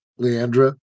Leandra